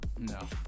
No